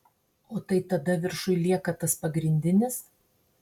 o tai tada viršuj lieka tas pagrindinis